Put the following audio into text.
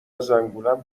زنگولم